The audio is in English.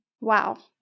Wow